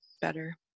better